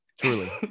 truly